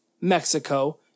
Mexico